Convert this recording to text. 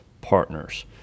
partners